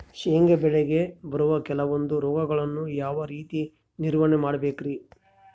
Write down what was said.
ಶೇಂಗಾ ಬೆಳೆಗೆ ಬರುವ ಕೆಲವೊಂದು ರೋಗಗಳನ್ನು ಯಾವ ರೇತಿ ನಿರ್ವಹಣೆ ಮಾಡಬೇಕ್ರಿ?